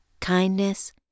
kindness